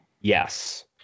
Yes